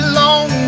long